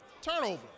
Turnover